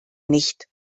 nicht